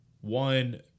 one